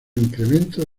incremento